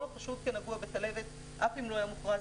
החשוד כנגוע בכלבת אף אם לא היה מוכרז,